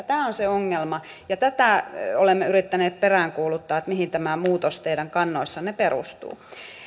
tämä on se ongelma ja tätä olemme yrittäneet peräänkuuluttaa mihin tämä muutos teidän kannoissanne perustuu